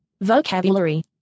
Vocabulary